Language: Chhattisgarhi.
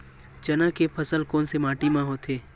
चना के फसल कोन से माटी मा होथे?